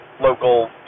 local